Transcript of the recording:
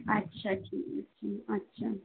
আচ্ছা আচ্ছা